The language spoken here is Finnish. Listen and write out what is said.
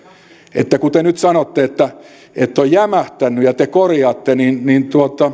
että kun te nyt sanotte että että on jämähtänyt ja te korjaatte niin niin